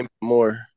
more